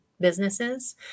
Businesses